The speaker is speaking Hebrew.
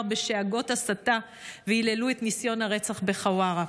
בשאגות הסתה והיללו את ניסיון הרצח בחווארה.